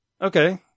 Okay